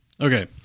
Okay